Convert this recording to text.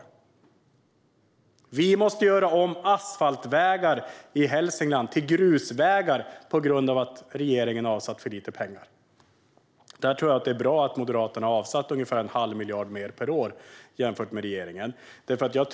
Trafikverket måste göra om asfaltvägar i Hälsingland till grusvägar på grund av att regeringen har avsatt för lite pengar. Därför är det bra att Moderaterna har avsatt ungefär en halv miljard mer per år jämfört med regeringen.